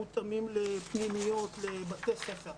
מותאמים לפנימיות ולבתי ספר.